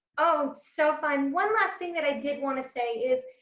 oh so fun. one last thing that i did want to say is